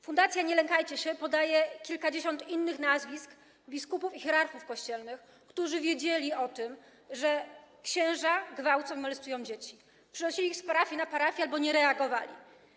Fundacja „Nie lękajcie się” podaje kilkadziesiąt innych nazwisk biskupów i hierarchów kościelnych, którzy wiedzieli o tym, że księża gwałcą i molestują dzieci, przenosili ich z parafii do parafii albo nie reagowali.